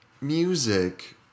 music